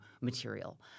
material